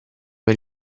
per